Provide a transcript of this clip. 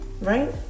right